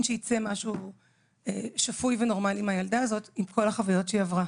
שיצא משהו שפוי ונורמלי מהילדה הזאת עם כל החוויות שהיא עברה.